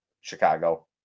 Chicago